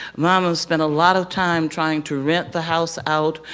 momma spent a lot of time trying to rent the house out.